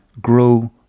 grow